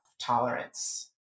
tolerance